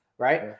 Right